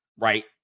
Right